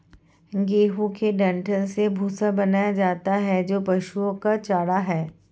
गेहूं के डंठल से भूसा बनाया जाता है जो पशुओं का चारा है